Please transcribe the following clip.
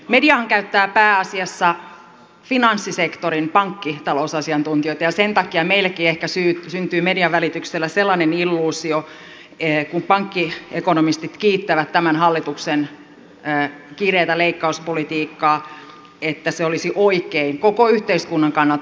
mediahan käyttää pääasiassa finanssisektorin pankkitalousasiantuntijoita ja sen takia meillekin ehkä syntyy median välityksellä sellainen illuusio kun pankkiekonomistit kiittävät tämän hallituksen kireätä leikkauspolitiikkaa että se olisi oikein koko yhteiskunnan kannalta